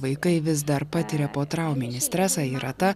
vaikai vis dar patiria potrauminį stresą yra ta